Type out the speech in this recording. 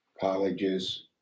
colleges